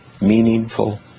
meaningful